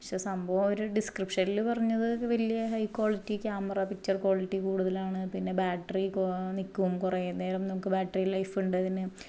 പക്ഷെ സംഭവം അവർ ഡിസ്ക്രിപ്ഷനിൽ പറഞ്ഞത് വലിയ high quality camera picture quality കൂടുതലാണ് പിന്നെ ബാറ്ററി എപ്പോഴും നിൽക്കും കുറേ നേരം നമുക്ക് ബാറ്ററി ലൈഫ് ഉണ്ട് ഇതിന്